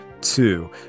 two